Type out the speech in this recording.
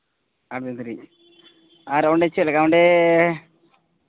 ᱟᱨ ᱢᱤᱫ ᱜᱷᱟᱹᱲᱤᱡ ᱟᱨ ᱚᱸᱰᱮ ᱪᱮᱫ ᱞᱮᱠᱟ ᱚᱸᱰᱮ